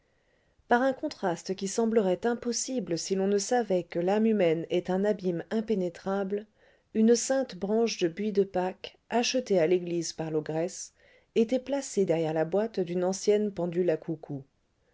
par un contraste qui semblerait impossible si l'on ne savait que l'âme humaine est un abîme impénétrable une sainte branche de buis de pâques achetée à l'église par l'ogresse était placée derrière la boîte d'une ancienne pendule à coucou